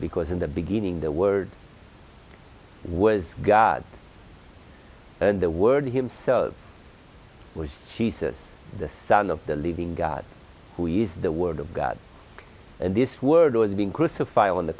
because in the beginning the word was god and the word himself was she says the son of the living god who used the word of god and this word has been crucified on the